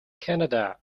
canada